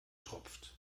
tropft